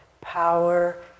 power